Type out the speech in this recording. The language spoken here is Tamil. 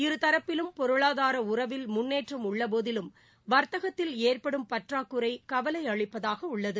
இருதரப்பிலும் பொருளாதார உறவில் முன்னேற்றம் உள்ளபோதிலும் வர்த்தகத்தில் ஏற்படும் பற்றாக்குறை கவலை அளிப்பதாக உள்ளது